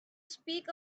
speak